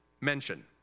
mention